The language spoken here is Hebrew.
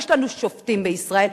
יש לנו שופטים בישראל,